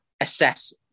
assess